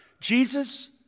Jesus